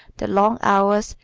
the long hours,